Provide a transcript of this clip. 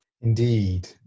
Indeed